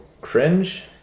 Cringe